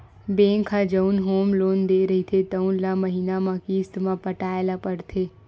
bank ह जउन home loan दे रहिथे तउन ल महिना म किस्त म पटाए ल परथे